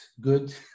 good